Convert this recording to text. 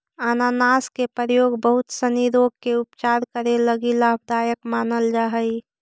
अनानास के प्रयोग बहुत सनी रोग के उपचार करे लगी लाभदायक मानल जा हई